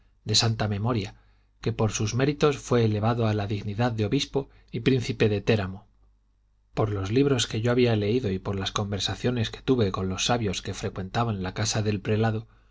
de santa memoria que por sus méritos fué elevado a la dignidad de obispo y príncipe de príamo por los libros que yo había leído y por las conversaciones que tuve con los sabios que frecuentaban la casa del prelado